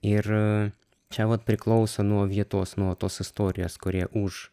ir čia vat priklauso nuo vietos nuo tos istorijos kurie už